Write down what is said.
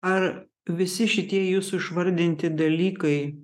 ar visi šitie jūsų išvardinti dalykai